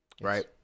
right